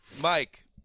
Mike